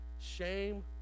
shame